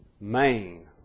main